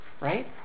right